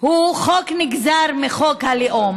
חוק שנגזר מחוק הלאום,